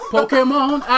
Pokemon